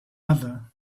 other